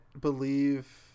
believe